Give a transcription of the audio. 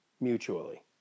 mutually